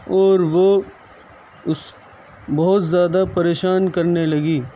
اور وہ اس بہت زیادہ پریشان کرنے لگی